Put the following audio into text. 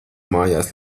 mājās